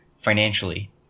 financially